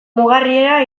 mugarrira